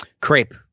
crepe